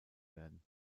werden